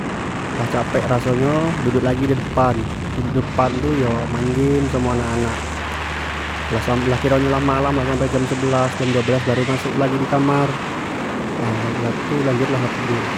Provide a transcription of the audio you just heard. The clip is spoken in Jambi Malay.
Lah capek raso nyo duduk lagi di depan, duduk di depan tu yo main game samo anak anak, lah sam lah kiro nyo lah malam lah sampai jam sebelas jam duo belas baru masuk lagi di kamar, lah lah tu lanjut lah lagi tu tidur.